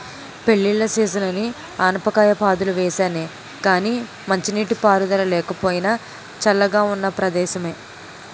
పెళ్ళిళ్ళ సీజనని ఆనపకాయ పాదులు వేసానే గానీ మంచినీటి పారుదల లేకపోయినా, చల్లగా ఉన్న ప్రమాదమే